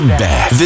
back